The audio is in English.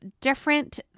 different